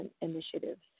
initiatives